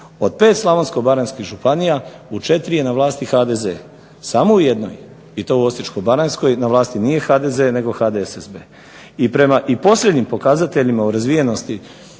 Od 5 slavonsko-baranjskih županija u 4 je na vlasti HDZ, samo u jednoj i to u Osječko-baranjskoj na vlasti nije HDZ nego HDSSB. I prema i posljednjim pokazateljima u razvijenosti